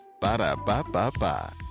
Ba-da-ba-ba-ba